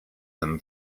them